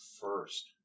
first